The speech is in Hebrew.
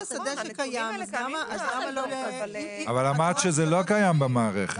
אבל אמרת שזה לא קיים במערכת.